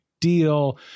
deal